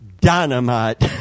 dynamite